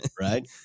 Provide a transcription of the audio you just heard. Right